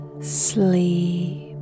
sleep